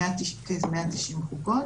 כ-190 חוקות.